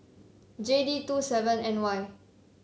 J D two seven N Y